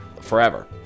forever